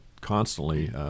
constantly